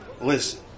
Listen